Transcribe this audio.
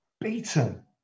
beaten